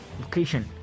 location